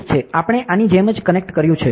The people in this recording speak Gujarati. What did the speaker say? આપણે આની જેમ કનેક્ટ કર્યું છે